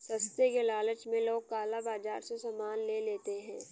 सस्ते के लालच में लोग काला बाजार से सामान ले लेते हैं